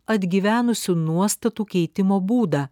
atgyvenusių nuostatų keitimo būdą